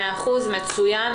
מאה אחוז, מצוין.